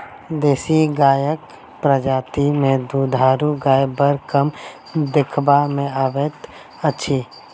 देशी गायक प्रजाति मे दूधारू गाय बड़ कम देखबा मे अबैत अछि